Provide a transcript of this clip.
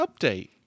update